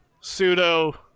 Pseudo